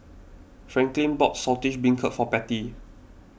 Franklyn bought Saltish Beancurd for Patty